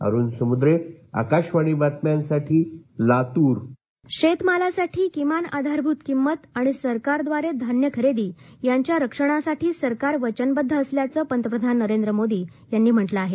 अरुण समुद्रे आकाशवाणी बातम्यांसाठी लातूर जागतिक अन्न दिन मोदी शेतमालासाठी किमान आधारभूत किंमत आणि सरकारद्वारे धान्य खरेदी यांच्या रक्षणासाठी सरकार वचनबद्द असल्याच पंतप्रधान नरेंद्र मोदी यांनी म्हटलं आहे